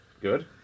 good